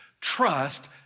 Trust